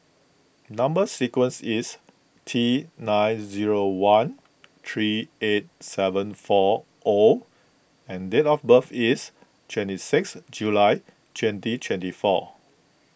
Number Sequence is T nine zero one three eight seven four O and date of birth is twenty six July twenty twenty four